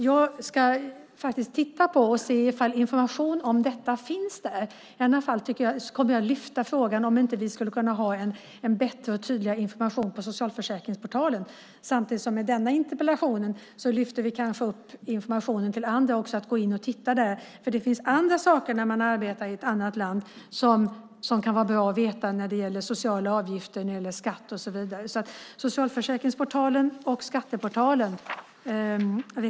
Jag ska faktiskt titta på om information om detta finns där. I annat fall kommer jag att lyfta upp frågan om vi inte skulle kunna ha en bättre och tydligare information på Socialförsäkringsportalen. Med denna interpellation lyfter vi kanske upp informationen till andra om att de kan gå in och titta där. Det finns andra saker som kan vara bra att veta när man arbetar i ett annat land. Det gäller till exempel sociala avgifter, skatt och så vidare. Jag rekommenderar Socialförsäkringsportalen och Skatteportalen.